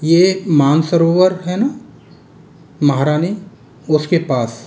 ये मानसरोवर है न महारानी उसके पास